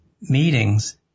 meetings